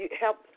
help